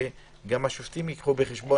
שגם השופטים ייקחו בחשבון.